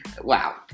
wow